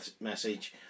message